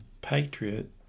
Patriot